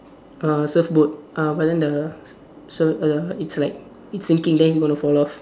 uh surfboard uh but then the so err it's like it's sinking then he's going to fall off